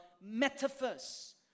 metaphors